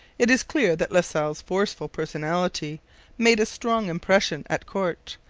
it is clear that la salle's forceful personality made a strong impression at court,